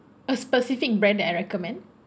a specific brand that I recommend